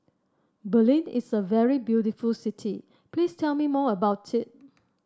Berlin is a very beautiful city Please tell me more about it